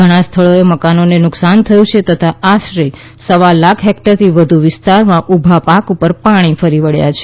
ઘણા સ્થળોએ મકાનોને નુકસાન થયું છે તથા આશરે સવા લાખ હેકટરથી વધુ વિસ્તારોમાં ઉભા પાક ઉપર પાણી ફરી વબ્યા છે